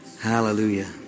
Hallelujah